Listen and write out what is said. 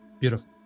Beautiful